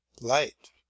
light